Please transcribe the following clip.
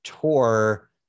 tour